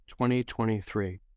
2023